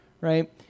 right